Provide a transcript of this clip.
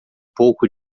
pouco